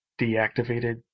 deactivated